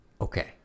okay